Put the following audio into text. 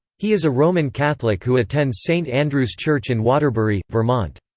he is a roman catholic who attends saint andrew's church in waterbury, vermont.